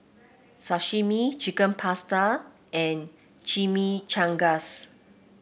Sashimi Chicken Pasta and Chimichangas